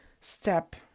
step